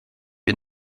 wir